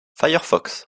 firefox